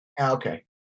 Okay